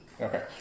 Okay